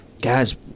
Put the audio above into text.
guys